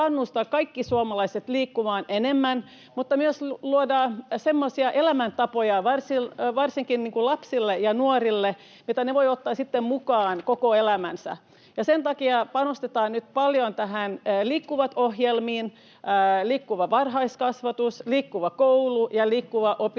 kaikkia suomalaisia liikkumaan enemmän mutta myös luoda semmoisia elämäntapoja varsinkin lapsille ja nuorille, mitä he voivat ottaa sitten mukaan koko elämäänsä. Sen takia panostetaan nyt paljon näihin Liikkuvat-ohjelmiin: Liikkuva varhaiskasvatus, Liikkuva koulu ja Liikkuva